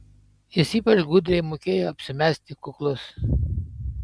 jis ypač gudriai mokėjo apsimesti kuklus